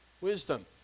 Wisdom